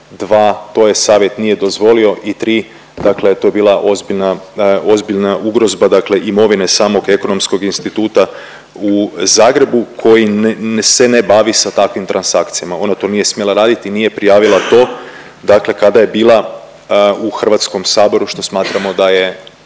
Dva, to joj savjet nije dozvolio i tri, dakle to je bila ozbiljna ugrozba, dakle imovine samog Ekonomskog instituta u Zagrebu koji se ne bavi sa takvim transakcijama. Ona to nije smjela raditi, nije prijavila to, dakle kada je bila u Hrvatskom saboru što smatramo da je